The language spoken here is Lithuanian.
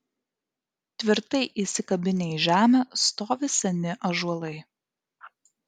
tvirtai įsikabinę į žemę stovi seni ąžuolai